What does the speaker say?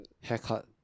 haircut